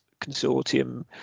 consortium